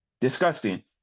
disgusting